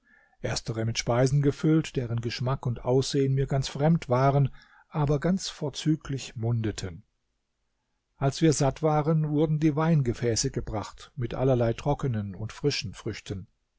erstere mit speisen gefüllt deren geschmack und aussehen mir ganz fremd waren aber ganz vorzüglich mundeten als wir satt waren wurden die weingefäße gebracht mit allerlei trockenen und frischen früchten